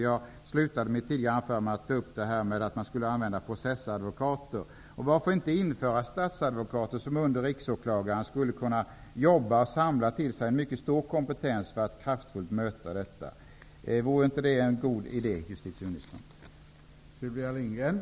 Jag avslutade mitt förra anförande med att ta upp frågan om att man borde använda processadvokater. Varför inte införa statsadvokater som under riksåklagaren skulle kunna jobba och samla på sig en mycket stor kompetens för att kraftfullt möta denna brottslighet? Vore inte det en god idé, justitieministern?